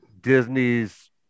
Disney's